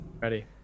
Ready